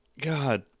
God